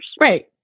right